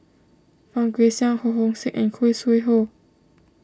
Fang Guixiang Ho Hong Sing and Khoo Sui Hoe